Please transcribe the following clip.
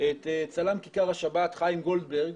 את צלם כיכר השבת, חיים גולדברג,